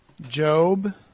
Job